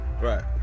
Right